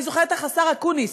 אני זוכרת איך השר אקוניס,